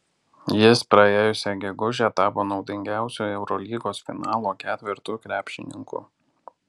jis praėjusią gegužę tapo naudingiausiu eurolygos finalo ketverto krepšininku